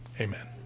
amen